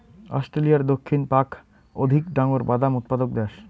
অস্ট্রেলিয়ার দক্ষিণ পাক অধিক ডাঙর বাদাম উৎপাদক দ্যাশ